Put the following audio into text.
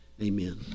Amen